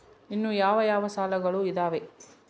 ಇನ್ನು ಯಾವ ಯಾವ ಸಾಲಗಳು ಇದಾವೆ?